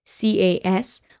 CAS